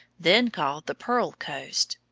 then called the pearl coast.